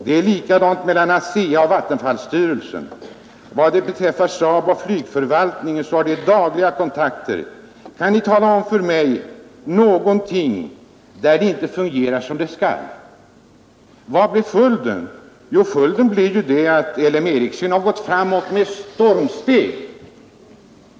Det är likadant mellan ASEA och vattenfallsstyrelsen. Vad beträffar SAAB och flygförvaltningen så har de dagliga kontakter. Kan ni tala om för mig någonting, där det inte fungerar som det skall?” Vad blev följden? Jo, att L M Ericsson gick framåt med stormsteg.